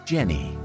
Jenny